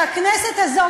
שהכנסת הזאת,